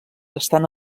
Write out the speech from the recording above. estan